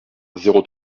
zéro